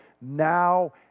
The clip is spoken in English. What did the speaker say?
now